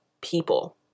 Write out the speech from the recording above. people